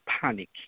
panic